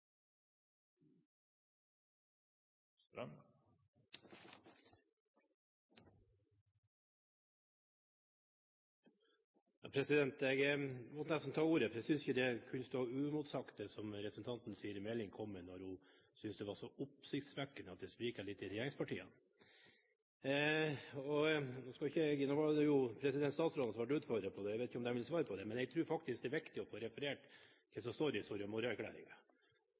neste budsjettdebatt. Jeg måtte nesten ta ordet, for jeg syntes ikke det kunne stå uimotsagt det som representanten Siri A. Meling kom med: Hun syntes det var så oppsiktsvekkende at det spriket litt i regjeringspartiene. Nå var det jo statsrådene som ble utfordret på dette. Jeg vet ikke om de vil svare på det, men jeg tror det er viktig å få referert hva som står i Soria